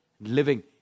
living